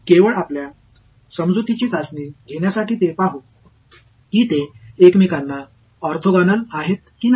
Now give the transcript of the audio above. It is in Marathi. तर केवळ आपल्या समजुतीची चाचणी घेण्यासाठी ते पाहू की ते एकमेकांना ऑर्थोगोनल आहेत की नाही